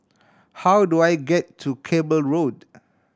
how do I get to Cable Road